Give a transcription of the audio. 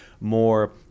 more